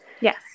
yes